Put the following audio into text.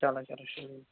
چلو چلو ٹھیٖک